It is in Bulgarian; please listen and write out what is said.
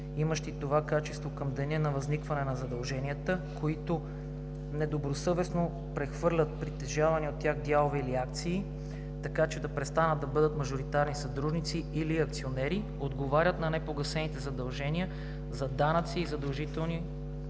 имащи това качество към деня на възникване на задълженията, които недобросъвестно прехвърлят притежавани от тях дялове или акции, така че да престанат да бъдат мажоритарни съдружници или акционери, отговарят за непогасените задължения за данъци и задължителни